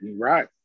Right